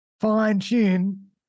fine-tune